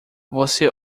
você